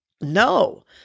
No